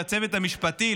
לצוות המשפטי,